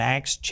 Acts